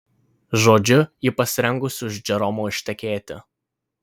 žodžiu ji pasirengusi už džeromo ištekėti